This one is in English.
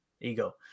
Ego